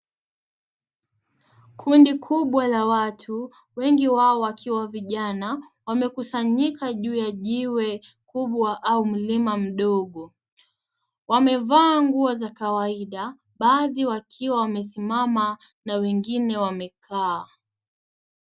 Kundi kubwa la watu wengi wao wakiwa vijana wanekusanyika juu ya jiwe kubwa ama mlima mdogo. Wamevaa nguo za kawaida baadhi wakiwa wamesimama na wengine wamekaa.